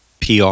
PR